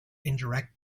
indirect